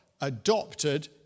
adopted